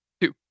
Two